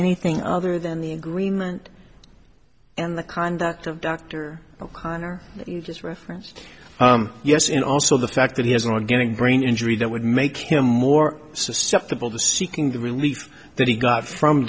anything other than the agreement and the conduct of dr o'connor is referenced yes and also the fact that he has an ongoing brain injury that would make him more susceptible to seeking the relief that he got from